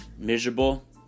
Miserable